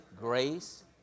grace